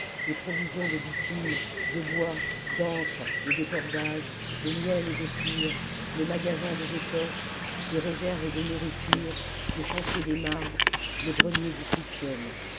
les provisions de bitume de bois d'ancres et de cordages de miel et de cire le magasin des étoffes les réserves de nourritures le chantier des marbres le grenier du silphiûm